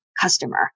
customer